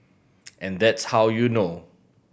and that's how you know